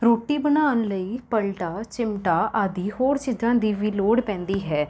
ਰੋਟੀ ਬਣਾਉਣ ਲਈ ਪਲਟ ਚਿਮਟਾ ਆਦਿ ਹੋਰ ਚੀਜ਼ਾਂ ਦੀ ਵੀ ਲੋੜ ਪੈਂਦੀ ਹੈ